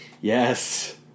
Yes